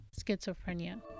schizophrenia